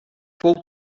fou